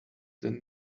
than